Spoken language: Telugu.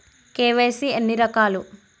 కే.వై.సీ ఎన్ని రకాలు?